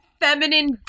feminine